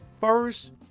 first